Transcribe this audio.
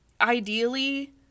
ideally